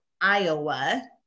Iowa